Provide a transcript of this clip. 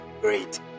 great